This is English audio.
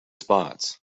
spots